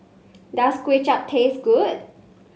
does Kuay Chap taste good